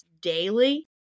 daily